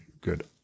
good